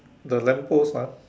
the lamp post ah